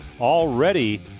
already